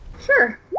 Sure